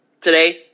Today